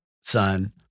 son